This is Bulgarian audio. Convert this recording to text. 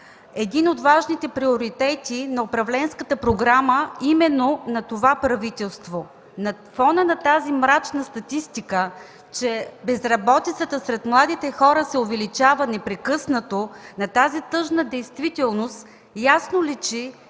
един от важните приоритети на управленската програма именно на това правителство. На фона на тази мрачна статистика, че безработицата сред младите хора се увеличава непрекъснато, на тази тъжна действителност ясно личи,